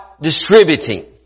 distributing